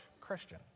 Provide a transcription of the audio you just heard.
Christian